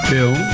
Bill